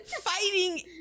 Fighting